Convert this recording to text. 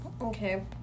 okay